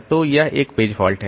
तो यह एक पेज फॉल्ट है